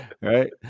right